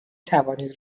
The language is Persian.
توانید